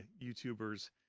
YouTubers